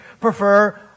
prefer